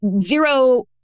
zero